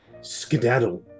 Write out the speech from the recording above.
skedaddle